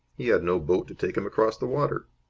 he had no boat to take him across the water.